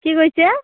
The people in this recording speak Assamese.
কি কৈছে